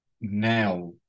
now